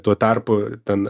tuo tarpu ten